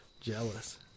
Jealous